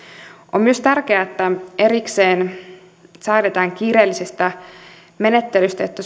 on myös tärkeää että erikseen säädetään kiireellisestä menettelystä jotta